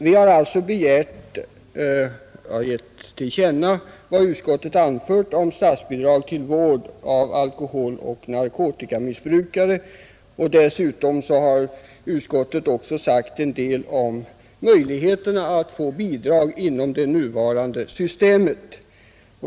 Vi har alltså begärt att riksdagen skall ge Kungl. Maj:t till känna vad utskottet anfört om statsbidrag till vård av alkoholoch narkotikamissbrukare. Dessutom har utskottet uttalat en del om möjligheterna att erhålla bidrag inom det nuvarande systemet.